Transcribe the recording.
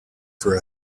for